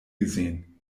gesehen